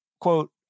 quote